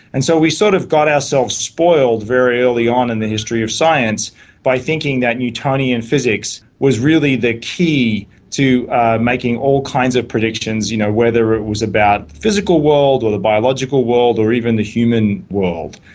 and so we sort of got ourselves spoiled very early on in the history of science by thinking that newtonian physics was really the key to making all kinds of predictions, you know whether it was about the physical world or the biological world or even the human world.